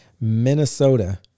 Minnesota